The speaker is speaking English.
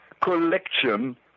Collection